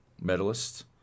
medalist